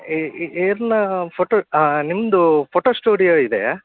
E ಇರ್ಲ photo ನಿಮ್ಮದು photo studio ಇದೆಯಾ